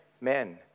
men